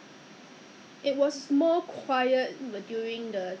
现在 because every morning have to send my boys to school so no choice have to